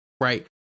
Right